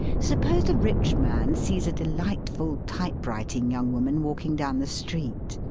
suppose a rich man sees a delightful typewriting young woman walking down the street,